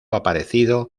aparecido